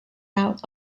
out